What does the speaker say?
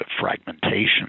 fragmentation